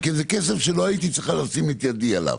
גם המדינה אומרת: זה כסף שלא הייתי צריכה לשים את ידי עליו.